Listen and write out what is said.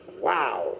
wow